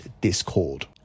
Discord